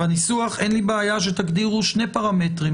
הניסוח, אין לי בעיה שתגדירו שני פרמטר.